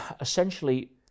essentially